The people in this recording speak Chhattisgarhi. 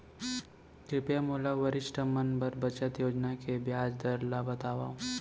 कृपया मोला वरिष्ठ मन बर बचत योजना के ब्याज दर ला बतावव